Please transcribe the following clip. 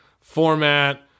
format